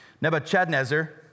Nebuchadnezzar